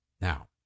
Now